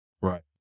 Right